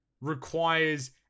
requires